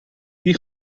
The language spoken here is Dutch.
die